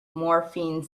morphine